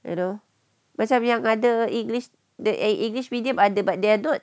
you know macam yang ada english the err english medium ada but they are not